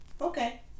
Okay